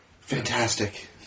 Fantastic